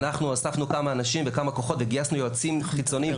אנחנו אספנו כמה אנשים וכמה כוחות וגייסנו יועצים חיצוניים,